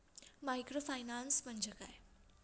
Microfinance म्हणजे काय?